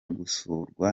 gusurwa